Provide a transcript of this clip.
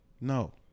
No